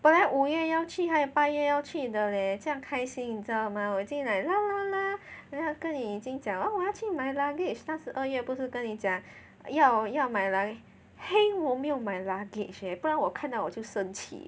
本来五月要去八月也要去的 leh 这样开心你知道吗我已经 like 跟你已经讲了我要买 luggage 那时二月不是跟你讲要要买来 heng 我没有买 luggage eh 不然我看到我就生气